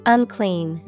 Unclean